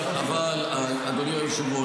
אבל אדוני היושב-ראש,